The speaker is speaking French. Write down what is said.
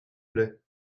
plait